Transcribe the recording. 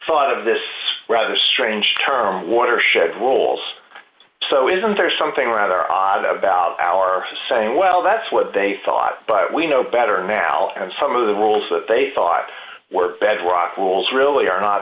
thought of this rather strange term watershed rolls so isn't there something rather odd about our saying well that's what they thought but we know better now and some of the rules that they thought were bedrock rules really are not